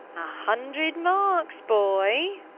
a hundred marks, boy.